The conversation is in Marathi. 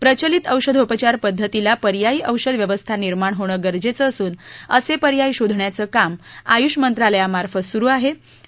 प्रचलित औषधोपचार पद्धतीला पर्यायी औषध व्यवस्था निर्माण होणं गरजेचं असून असे पर्याय शोधण्याचं काम आयुष मंत्रालय मार्फत सुरु आहे असं नाईक यांनी सांगितलं